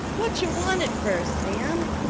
whatcher want it fer, sam?